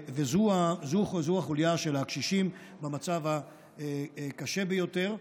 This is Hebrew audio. וזו החוליה של הקשישים במצב הקשה ביותר.